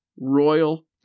Royal